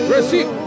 Receive